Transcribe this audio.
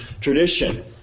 tradition